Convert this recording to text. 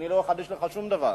אני לא אחדש לך שום דבר.